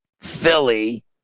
Philly